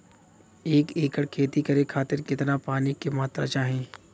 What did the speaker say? एक एकड़ खेती करे खातिर कितना पानी के मात्रा चाही?